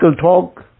talk